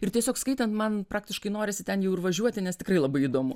ir tiesiog skaitant man praktiškai norisi ten jau ir važiuoti nes tikrai labai įdomu